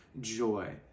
joy